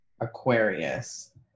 Aquarius